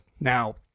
Now